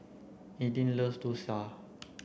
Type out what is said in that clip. Eden loves Dosa